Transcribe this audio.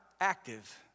active